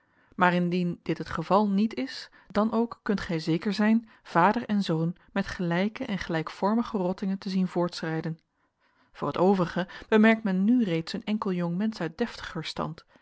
maar indien dit het geval niet is dan ook kunt gij zeker zijn vader en zoon met gelijke en gelijkvormige rottingen te zien voortschrijden voor het overige bemerkt men nu reeds een enkel jong mensch uit deftiger stand